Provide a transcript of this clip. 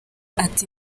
ati